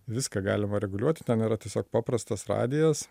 viską galima reguliuoti ten yra tiesiog paprastas radijas